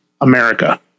America